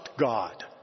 God